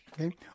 okay